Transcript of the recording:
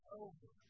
over